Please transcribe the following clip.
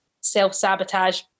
self-sabotage